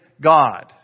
God